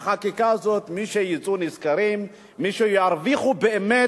בחקיקה הזאת מי שיצאו נשכרים, מי שירוויחו באמת,